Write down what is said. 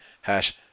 Hash